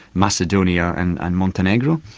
macedonia and and montenegro.